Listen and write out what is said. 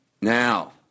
now